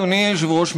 אדוני היושב-ראש,